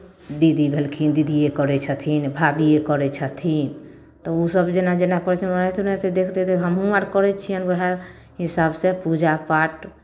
दीदी भेलखिन दीदिए करै छथिन भाभिए करै छथिन तऽ ओसभ जेना जेना करै छथिन ओनाहिते ओनाहिते देखिते देखिते हमहूँ अर करै छियनि उएह हिसाबसँ पूजा पाठ